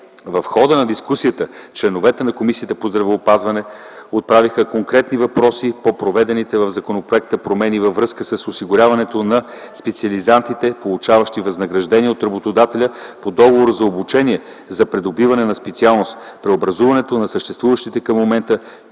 В хода на дискусията членовете на Комисията по здравеопазването отправиха конкретни въпроси по предвидените в законопроекта промени във връзка с осигуряването на специализантите, получаващи възнаграждение от работодателя по договор за обучение за придобиване на специалност, преобразуването на съществуващите към момента